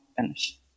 finish